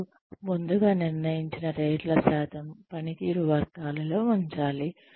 మీరు ముందుగా నిర్ణయించిన రేట్ల శాతం పనితీరు వర్గాలలో ఉంచాలి